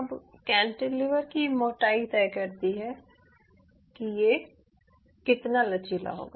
अब कैंटिलीवर की मोटाई तय करती है की ये कितना लचीला होगा